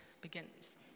begins